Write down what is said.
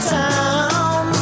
town